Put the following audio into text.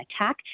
attack